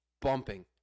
bumping